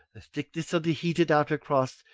the thickness of the heated outer crust,